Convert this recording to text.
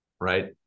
right